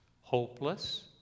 hopeless